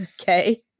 Okay